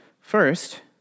First